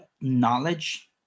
knowledge